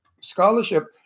scholarship